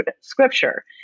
scripture